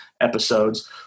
episodes